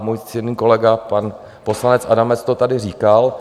Můj ctěný kolega pan poslanec Adamec to tady říkal.